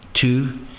Two